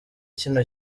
kino